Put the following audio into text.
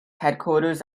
headquarters